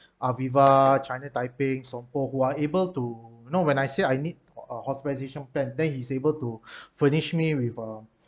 AVIVA china taiping sompo who are able to know when I say I need a hospitalisation plan then he's able to furnish me with a